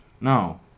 No